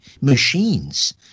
machines